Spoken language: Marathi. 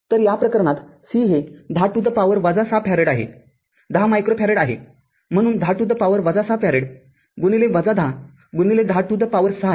तर या प्रकरणात c हे १० to the power ६ फॅरेड आहे १० मायक्रो फॅरेड आहेम्हणून १० to the power ६ farad १०१० to the power ६ आहे